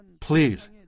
Please